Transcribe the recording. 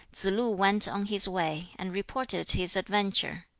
tsze-lu went on his way, and reported his adventure.